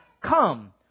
come